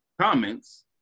comments